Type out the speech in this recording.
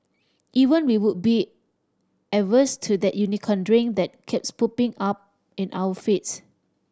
even we would be averse to that Unicorn Drink that keeps popping up in our feeds